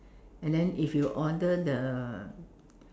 and then if you order the